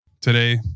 Today